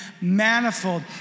Manifold